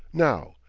now,